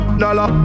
dollar